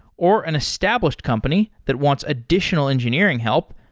or an established company that wants additional engineering help,